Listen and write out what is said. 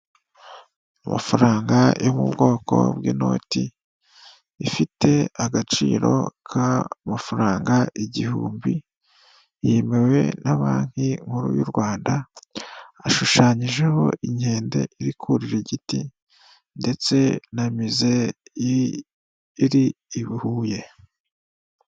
Amafaranga yo mu bwoko bw'inoti ifite agaciro ka mafaranga igihumbi, yemewe na banki nkuru y'u Rwanda. Ashushanyijeho inkende iri kurira igiti ndetse na mize iri i Huye.